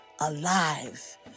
alive